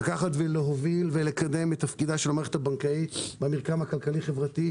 להוביל ולקדם את תפקידה של המערכת הבנקאית במרקם הכלכלי-חברתי,